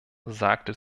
sagte